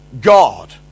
God